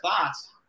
thoughts